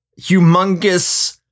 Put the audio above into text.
humongous